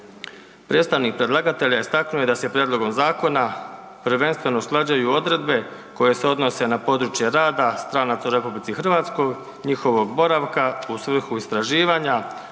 Predstavnik predlagatelja istaknuo je da se prijedlogom zakona prvenstveno usklađuju odredbe koje se odnose na područje rada stranaca u RH, njihovog boravka u svrhu istraživanja,